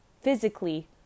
physically